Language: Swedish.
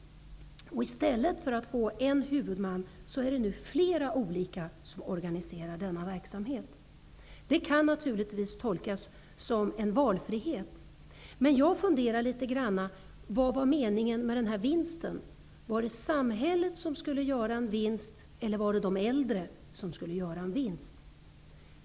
I stället för en huvudman är det nu flera olika som organiserar denna verksamhet. Det kan naturligtvis betraktas som valfrihet, men jag funderar litet grand över vilken meningen med vinsten var. Var det samhället som skulle göra en vinst, eller var det de äldre?